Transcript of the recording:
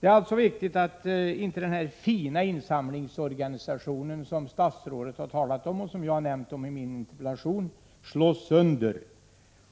Det är alltså viktigt att inte denna fina insamlingsorganisation, som statsrådet har talat om och som jag har nämnt i min interpellation, slås sönder.